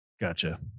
Gotcha